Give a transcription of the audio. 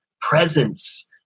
presence